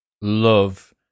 love